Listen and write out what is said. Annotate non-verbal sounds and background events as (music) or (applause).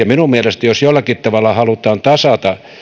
(unintelligible) minun mielestäni jos jollakin tavalla halutaan tasata